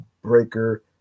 Breaker